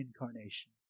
Incarnation